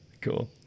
cool